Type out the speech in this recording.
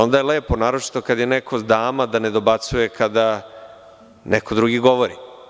Onda je lepo, naročito kada je neko dama, da ne dobacuje kada neko drugi govori.